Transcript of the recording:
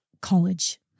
college